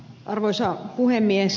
arvoisa puhemies